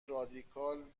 رادیکال